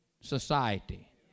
society